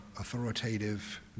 authoritative